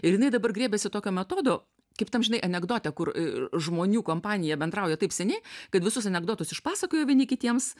ir jinai dabar griebiasi tokio metodo kaip tam žinai anekdote kur žmonių kompanija bendrauja taip seniai kad visus anekdotus iš pasakojo vieni kitiems